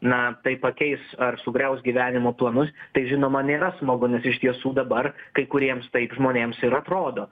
na tai pakeis ar sugriaus gyvenimo planus tai žinoma nėra smagu nes iš tiesų dabar kai kuriems taip žmonėms ir atrodo